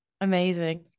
Amazing